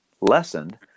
lessened